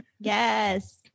Yes